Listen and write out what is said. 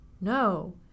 No